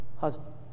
husband